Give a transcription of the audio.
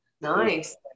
Nice